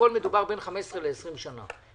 20-15 שנה.